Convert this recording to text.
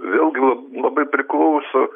vėlgi la labai priklauso